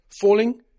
falling